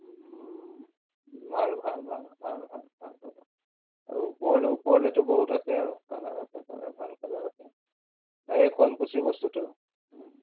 ভাল ভাল ভাল ভাল ভাল ভাল পাব আৰু ওপৰলে ওপৰলেতো বহুত আছে আৰু কালাৰ আছে কালাৰ ভাল কালাৰ আছে ডাইৰেক্ট শুৱালকুছিৰ বস্তুতো